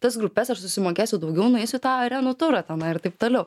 tas grupes aš susimokėsiu daugiau nueisiu į tą arenų turą tenai ir taip toliau